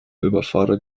überfordert